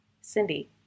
Cindy